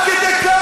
למה אתה צועק?